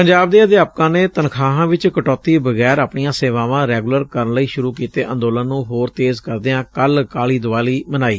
ਪੰਜਾਬ ਦੇ ਅਧਿਆਪਕਾਂ ਨੇ ਤਨਖਾਹਾਂ ਚ ਕਟੌਤੀ ਬਗੈਰ ਆਪਣੀਆਂ ਸੇਵਾਵਾਂ ਰੈਗੁਲਰ ਕਰਨ ਲਈ ਸੂਰੁ ਕੀਤੇ ਅੰਦੋਲਨ ਨੂੰ ਹੋਰ ਤੇਜ਼ ਕਰਦਿਆਂ ਕੱਲ੍ਹ ਕਾਲੀ ਦੀਵਾਲੀ ਮਨਾਈ